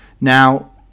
now